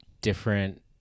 different